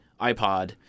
iPod